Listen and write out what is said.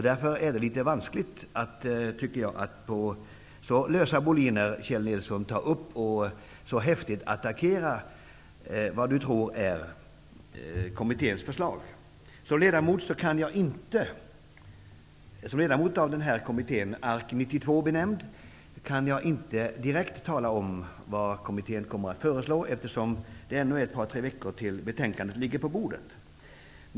Därför är det litet vanskligt, tycker jag, att på så lösa boliner häftigt attackera vad Kjell Nilsson tror är kommitténs förslag. Som ledamot av kommittén, ARK 92 benämnd, kan jag inte direkt tala om vad kommittén kommer att föreslå, eftersom det ännu är ett par tre veckor till dess betänkandet ligger på bordet.